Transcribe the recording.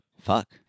Fuck